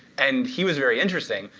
and he was very interesting.